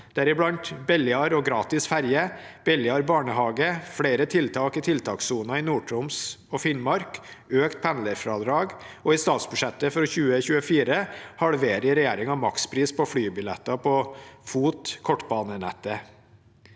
deriblant billigere og gratis ferje, billigere barnehage, flere tiltak i tiltakssonen i Nord-Troms og Finnmark og økt pendlerfradrag, og i statsbudsjettet for 2024 halverer regjeringen makspris på flybilletter på FOT-rutene/kortbanenettet.